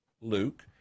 Luke